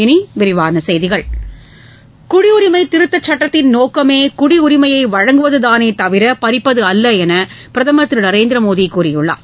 இனி விரிவான செய்திகள் குடியுரிமை திருத்தச் சட்டத்தின் நோக்கமே குடியுரிமையை வழங்குவதுதானே தவிர பறிப்பது அல்ல என்று பிரதமர் திரு நரேந்திர மோடி கூறியுள்ளார்